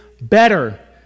better